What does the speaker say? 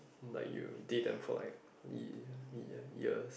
like you did and for like million million years